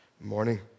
morning